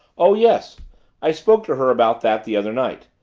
oh, yes i spoke to her about that the other night.